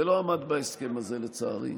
ולא עמד בהסכם הזה, לצערי.